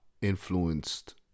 influenced